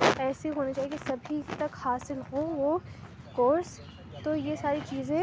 ایسے ہونے چاہیے کہ سبھی تک حاصل ہوں وہ کورس تو یہ ساری چیزیں